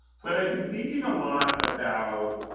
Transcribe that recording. but i've been thinking a lot about